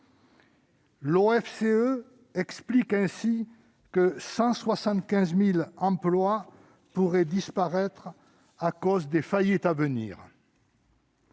(OFCE) explique ainsi que 175 000 emplois pourraient disparaître à cause des faillites à venir.